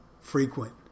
frequent